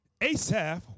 Asaph